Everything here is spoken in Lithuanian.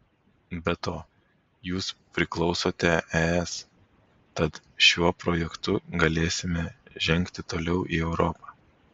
be to jūs priklausote es tad su šiuo projektu galėsime žengti toliau į europą